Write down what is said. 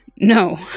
no